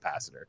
capacitor